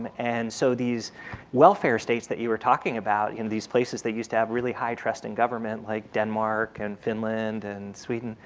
um and so these welfare states that you were talking about in these places they used to have really high trust in government, like denmark, and finland, and sweden,